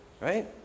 right